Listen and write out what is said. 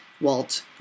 Walt